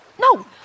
No